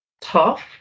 Tough